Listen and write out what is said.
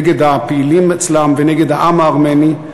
נגד הפעילים אצלם ונגד העם הארמני,